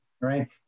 right